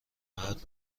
ناراحت